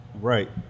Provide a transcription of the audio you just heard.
Right